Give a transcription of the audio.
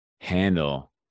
handle